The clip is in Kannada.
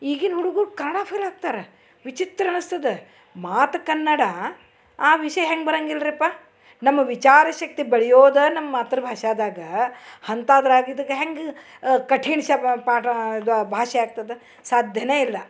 ಈಗಿನ ಹುಡ್ಗುರು ಕನ್ನಡ ಫೇಲ್ ಆಗ್ತಾರೆ ವಿಚಿತ್ರ ಅನ್ನಿಸ್ತದೆ ಮಾತು ಕನ್ನಡ ಆ ವಿಷಯ ಹೆಂಗೆ ಬರೋಂಗಿಲ್ರಿಪ್ಪ ನಮ್ಮ ವಿಚಾರಶಕ್ತಿ ಬೆಳೆಯೋದೇ ನಮ್ಮ ಮಾತೃಭಾಷೆದಾಗ ಅಂತದ್ರಾಗ್ ಇದಕ್ಕೆ ಹೆಂಗೆ ಕಠಿಣ ಶಬ್ದ ಪಾಠ ಇದು ಆ ಭಾಷೆ ಆಗ್ತದೆ ಸಾಧ್ಯನೇ ಇಲ್ಲ